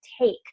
take